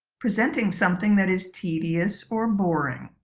presenting something that is tedious or boring.